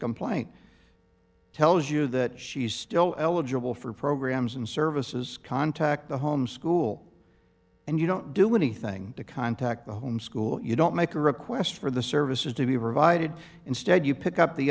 complaint tells you that she's still eligible for programs and services contact the home school and you don't do anything to contact the homeschool you don't make a request for the services to be provided instead you pick up the